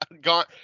gone